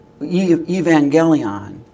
Evangelion